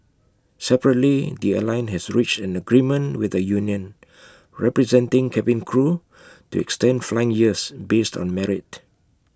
separately the airline has reached an agreement with the union representing cabin crew to extend flying years based on merit